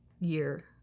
year